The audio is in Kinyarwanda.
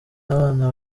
abana